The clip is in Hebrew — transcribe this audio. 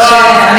שפת המרחב,